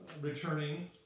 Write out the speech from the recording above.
returning